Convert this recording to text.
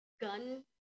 gun